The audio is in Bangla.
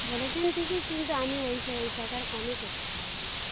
বলেছেন ঠিকই কিন্তু আমি ওই ওই টাকার কমে করতে পারব না